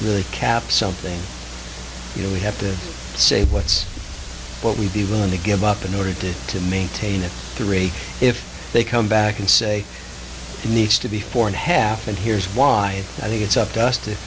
really capture something you know we have to say what's what we'd be willing to give up in order to to maintain the rate if they come back and say he needs to be four and half and here's why i think it's up to us to